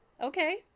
Okay